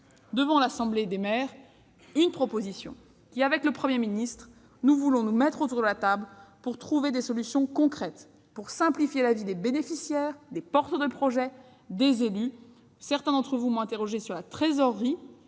devant l'Association des maires de France, une proposition que je formule avec le Premier ministre. Nous voulons nous mettre autour de la table et trouver des solutions concrètes, afin de simplifier la vie des bénéficiaires, des porteurs de projets et des élus. Certains d'entre vous m'ont interrogée sur la trésorerie